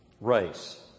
race